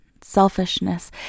selfishness